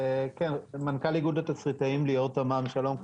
מנכ"ל איגוד התסריטאים, ליאור תמאם, שלום.